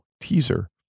teaser